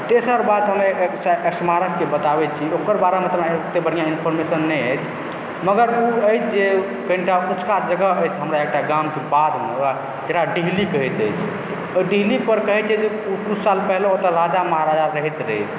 तेसर बात हम एकटा स्मारकके बताबैत छी ओकर बारेमे तऽ हमरा ओतए बढ़िआँ इन्फॉर्मेशन नहि अछि मगर ओ अछि जे कनिटा उंँचका जगह अछि हमरा एकटा गामके बाधमे वएह जेकरा डिहली कहैत अछि ओ डिहली पर कहय छै जे कुछ साल पहिले ओतए राजा महाराजा रहैत रहै